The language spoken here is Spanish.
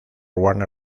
warner